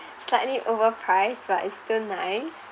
slightly overpriced while it's still nice